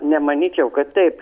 nemanyčiau kad taip